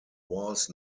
was